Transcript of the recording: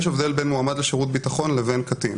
יש הבדל בין מועמד לשירות ביטחון לבין קטין.